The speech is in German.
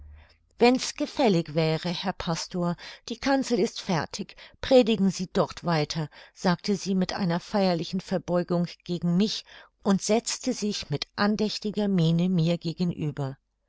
wenn's gefällig wäre herr pastor die kanzel ist fertig predigen sie dort weiter sagte sie mit einer feierlichen verbeugung gegen mich und setzte sich mit andächtiger miene mir gegenüber